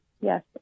Yes